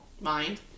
mind